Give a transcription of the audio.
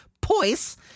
poise